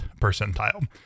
percentile